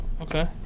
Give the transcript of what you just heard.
Okay